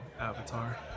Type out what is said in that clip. Avatar